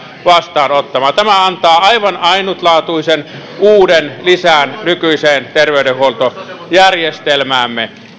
vastaanottamaan tämä antaa aivan ainutlaatuisen uuden lisän nykyiseen terveydenhuoltojärjestelmäämme